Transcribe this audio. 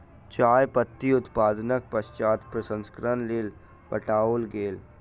चाय पत्ती उत्पादनक पश्चात प्रसंस्करणक लेल पठाओल गेल